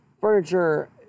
furniture